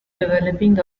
developing